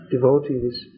devotees